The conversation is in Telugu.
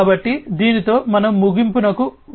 కాబట్టి దీనితో మనం ముగింపుకు వస్తాము